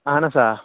اَہَن حظ آ